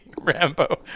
Rambo